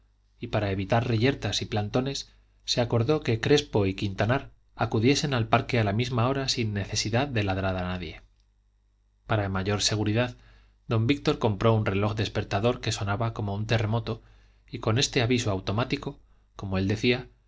y para evitar reyertas y plantones se acordó que crespo y quintanar acudiesen al parque a la misma hora sin necesidad de ladrar a nadie para mayor seguridad don víctor compró un reloj despertador que sonaba como un terremoto y con este aviso automático como él decía